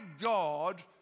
God